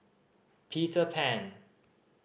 Peter Pan